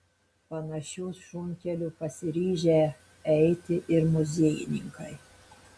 panašiu šunkeliu pasiryžę eiti ir muziejininkai